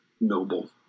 noble